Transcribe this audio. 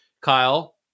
Kyle